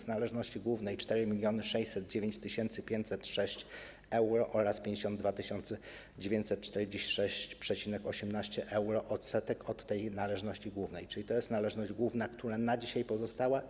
Z należności głównej 4 609 506 euro oraz 52 946,18 euro odsetek od tej należności głównej, czyli to jest należność główna, która na dzisiaj pozostała.